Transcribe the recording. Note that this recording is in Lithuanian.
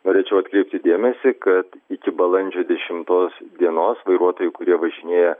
norėčiau atkreipti dėmesį kad iki balandžio dešimtos dienos vairuotojai kurie važinėja